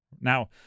Now